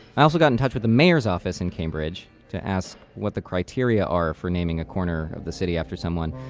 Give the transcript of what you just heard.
i also got in touch with the mayor's office in cambridge to ask what the criteria are for naming a corner of the city after someone.